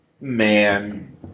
man